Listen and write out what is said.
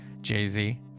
Jay-Z